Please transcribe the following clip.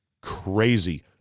crazy